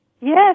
Yes